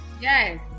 Yes